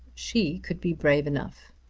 she could be brave enough.